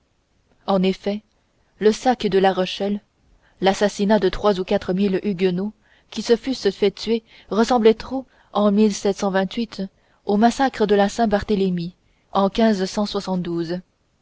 en effet le sac de la rochelle l'assassinat de trois ou quatre mille huguenots qui se fussent fait tuer ressemblaient trop en au massacre de la saint barthélémy en